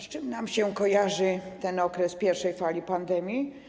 Z czym nam się kojarzy ten okres pierwszej fali pandemii?